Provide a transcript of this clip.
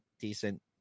decent